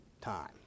time